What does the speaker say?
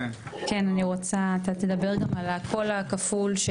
כן, אני רוצה שאתה תדבר גם על הקול הכפול.